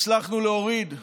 הצלחנו להוריד,